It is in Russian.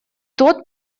тот